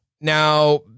Now